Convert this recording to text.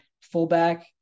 fullback